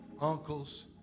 uncles